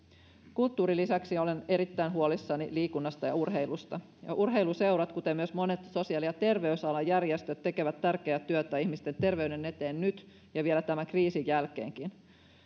kulttuurin lisäksi olen erittäin huolissani liikunnasta ja urheilusta urheiluseurat kuten myös monet sosiaali ja terveysalan järjestöt tekevät tärkeää työtä ihmisten terveyden eteen nyt ja vielä tämän kriisin jälkeenkin